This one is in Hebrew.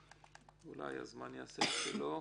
אולי הזמן יעשה את שלו.